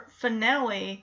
finale